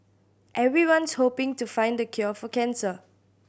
everyone's hoping to find the cure for cancer